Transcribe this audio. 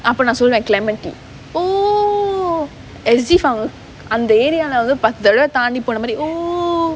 அப்போ நான் சொல்லுவேன்:appo naan solluvaen clementi oh as if அந்த:antha area வ நான் ஏதோ பத்து தடவ தாண்டிப்போன மாரி:va naan etho pathu thadava thaandi pona maari oh